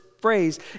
phrase